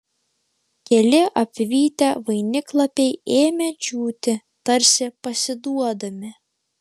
keli apvytę vainiklapiai ėmė džiūti tarsi pasiduodami